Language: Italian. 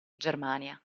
germania